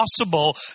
possible